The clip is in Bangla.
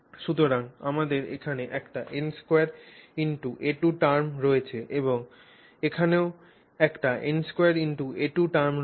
সুতরাং আমাদের এখানে একটি n2a2 টার্ম রয়েছে এবং এখানেও একটি n2a2 টার্ম রয়েছে